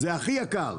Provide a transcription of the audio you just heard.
זה הכי יקר.